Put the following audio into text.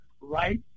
right